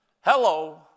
Hello